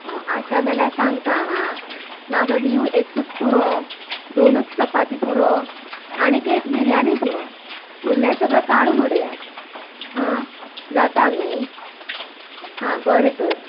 आं आसा जाल्या सांगता हां म्हाका डीव एकूच पुरो दोनूच चपाती पुरो आनीक एक बिरयानी पुरो उल्लें सगलें काडून उडयात हा जाता न्ही हा बरें तर